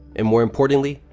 and more importantly,